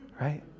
right